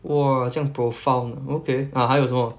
!wah! 这样 profound okay ah 还有什么